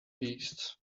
beasts